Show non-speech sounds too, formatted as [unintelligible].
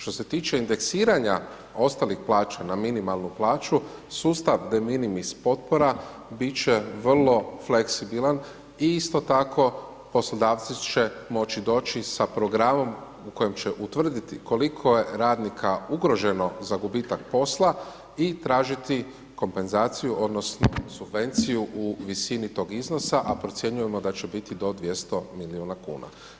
Što se tiče indeksiranja ostalih plaća na minimalnu plaću, sustav … [unintelligible] potpora biti će vrlo fleksibilan i isto tako poslodavci će moći doći sa programom u kojem će utvrditi, koliko je radnika ugroženo za gubitak posla i tražiti kompenzaciju, odnosno, subvenciju u visini tog iznosa, a procjenjujemo da će biti do 2000 milijuna kn.